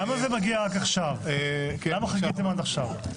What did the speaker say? למה חיכיתם עד עכשיו?